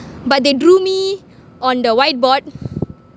but they drew me on the whiteboard